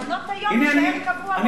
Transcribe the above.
מעונות-היום יישאר קבוע בחוק.